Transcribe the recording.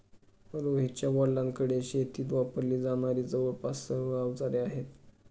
रोहितच्या वडिलांकडे शेतीत वापरली जाणारी जवळपास सर्व अवजारे आहेत